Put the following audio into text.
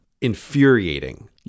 infuriating